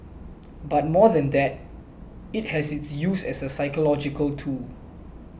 but more than that it has its use as a psychological tool